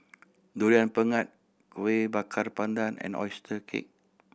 Durian Pengat Kueh Bakar Pandan and oyster cake